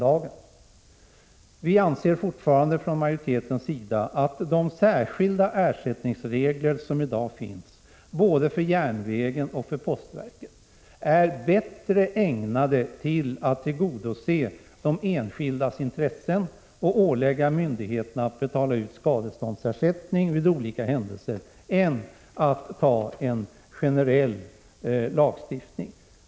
Majoriteten anser fortfarande att de särskilda ersättningsregler som i dag gäller både för järnvägen och för postverket är bättre ägnade att tillgodose de enskildas intressen och ålägga myndigheterna att betala skadestånd vid olika händelser än en generell lagstiftning skulle vara.